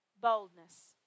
Boldness